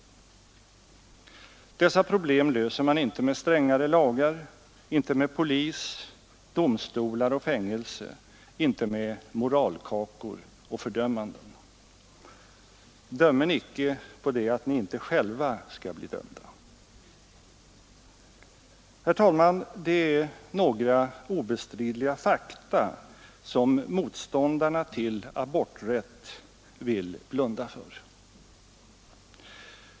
Dessa problem löser man inte med strängare lagar, inte med polis, domstolar och fängelse, inte med moralkakor och fördömanden. ”Dömen icke, så varden I icke dömda! ” Det finns några obestridliga fakta som motståndarna till aborträtt vill blunda för.